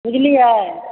बुझलियै